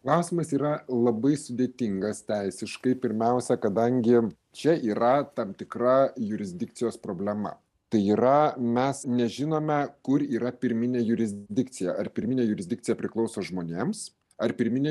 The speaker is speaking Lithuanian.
klausimas yra labai sudėtingas teisiškai pirmiausia kadangi čia yra tam tikra jurisdikcijos problema tai yra mes nežinome kur yra pirminė jurisdikcija ar pirminė jurisdikcija priklauso žmonėms ar pirminė